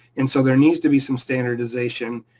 and so there needs to be some standardization.